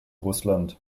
russland